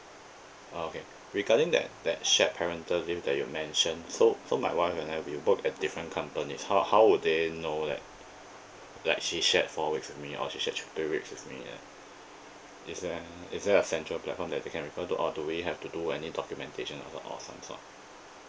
ah okay regarding that that shared parental leave that you mentioned so so my wife and I we work at different companies how how would they know like like she shared four weeks with me or she shared three weeks with me and is there is there a central platform that they can refer to or do we have to do any documentation or some sort